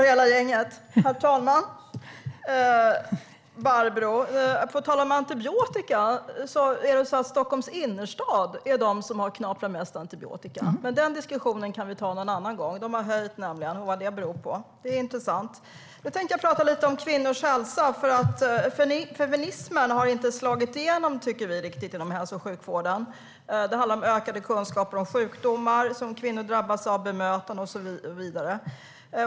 Herr talman! Det är folk i Stockholms innerstad som knaprar mest antibiotika, men diskussionen om vad den ökningen beror på får vi ta en annan gång. Jag tänkte tala lite om kvinnors hälsa. Feminismen har inte slagit igenom i sjukvården. Det handlar om ökade kunskaper om sjukdomar som kvinnor drabbas av, bemötande och så vidare.